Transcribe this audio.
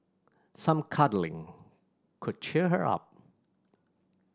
some cuddling could cheer her up